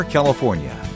California